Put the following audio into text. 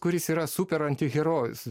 kuris yra super antiherojus